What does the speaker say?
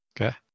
Okay